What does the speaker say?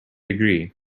agree